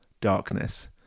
darkness